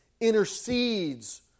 intercedes